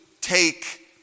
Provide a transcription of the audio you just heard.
take